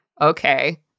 Okay